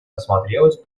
осмотрелась